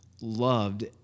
loved